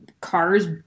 cars